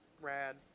Rad